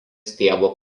stiebo